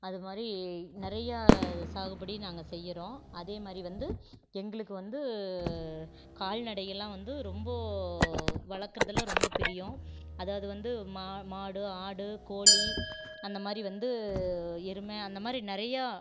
அது மாதிரி நிறையா சாகுபடி நாங்கள் செய்கிறோம் அதே மாதிரி வந்து எங்களுக்கு வந்து கால்நடைகள்லாம் வந்து ரொம்ப வளர்க்குறதுல ரொம்ப பிரியம் அதாவது வந்து மாடு ஆடு கோழி அந்த மாதிரி வந்து எருமை அந்த மாதிரி நிறைய